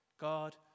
God